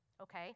okay